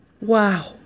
Wow